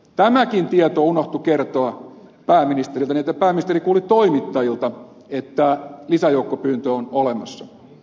tämäkin tieto unohtui kertoa pääministerille niin että pääministeri kuuli toimittajilta että lisäjoukkopyyntö on olemassa